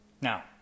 now